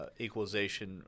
equalization